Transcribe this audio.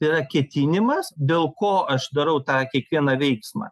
tai yra ketinimas dėl ko aš darau tą kiekvieną veiksmą